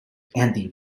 andy